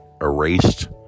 erased